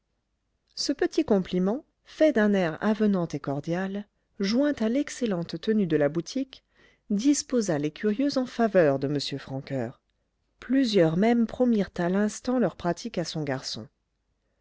ce petit compliment fait d'un air avenant et cordial joint à l'excellente tenue de la boutique disposa les curieux en faveur de m francoeur plusieurs même promirent à l'instant leur pratique à son garçon